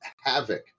havoc